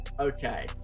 Okay